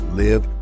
live